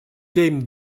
came